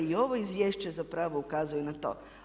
I ovo izvješće zapravo ukazuje na to.